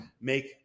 make